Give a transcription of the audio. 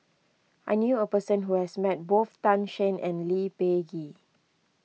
I knew a person who has met both Tan Shen and Lee Peh Gee